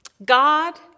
God